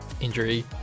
injury